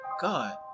God